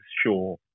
sure